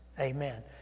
Amen